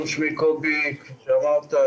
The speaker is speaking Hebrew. שמי קובי זריהן,